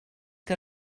que